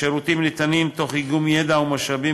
השירותים ניתנים תוך איגום ידע ומשאבים